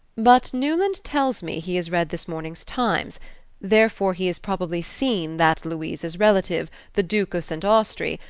but newland tells me he has read this morning's times therefore he has probably seen that louisa's relative, the duke of st. austrey,